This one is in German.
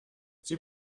sie